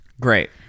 Great